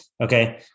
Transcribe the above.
Okay